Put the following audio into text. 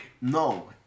No